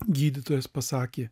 gydytojas pasakė